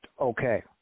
okay